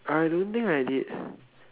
I don't think I did